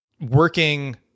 working